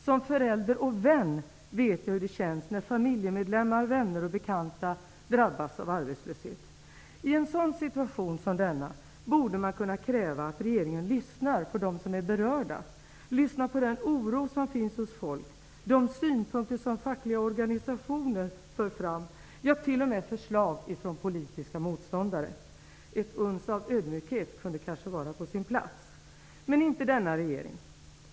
Som förälder och vän vet jag hur det känns när familjemedlemmar, vänner och bekanta drabbas av arbetslöshet. I en situation som denna borde man kunna kräva att regeringen lyssnar på dem som är berörda, lyssnar och den oro som finns hos folk, de synpunkter som fackliga organisationer för fram, ja t.o.m. förslag från politiska motståndare. Ett uns av ödmjukhet kunde vara på sin plats. Men inte denna regering.